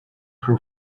her